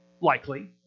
Likely